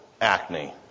acne